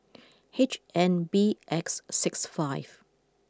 H N B X six five